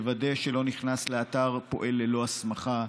יוודא שלא נכנס לאתר פועל ללא הסמכה,